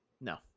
No